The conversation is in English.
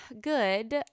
good